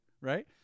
right